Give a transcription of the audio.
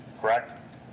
correct